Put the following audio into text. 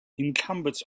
incumbents